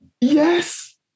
Yes